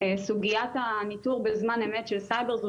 בסוגיית הניטור בזמן אמת של סייבר.